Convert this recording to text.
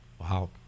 Wow